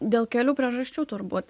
dėl kelių priežasčių turbūt